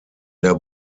der